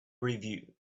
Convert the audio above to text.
review